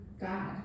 God